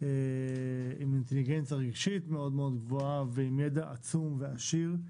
עם אינטליגנציה רגשית מאוד גבוהה ועם ידע עצום ועשיר.